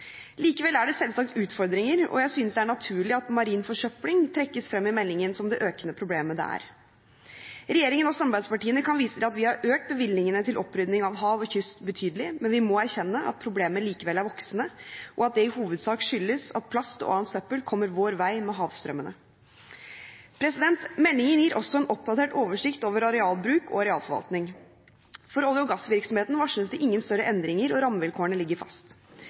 Likevel er det selvsagt utfordringer, og jeg synes det er naturlig at marin forsøpling trekkes frem i meldingen som det økende problemet det er. Regjeringen og samarbeidspartiene kan vise til at vi har økt bevilgningene til opprydding av hav og kyst betydelig, men vi må erkjenne at problemet likevel er voksende, og at det i hovedsak skyldes at plast og annet søppel kommer vår vei med havstrømmene. Meldingen gir også en oppdatert oversikt over arealbruk og arealforvaltning. For olje- og gassvirksomheten varsles det ingen større endringer, og rammevilkårene ligger fast.